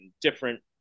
different